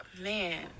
Man